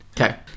Okay